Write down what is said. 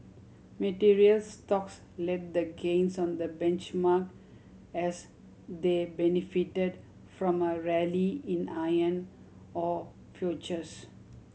materials stocks led the gains on the benchmark as they benefited from a rally in iron ore futures